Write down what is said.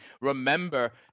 remember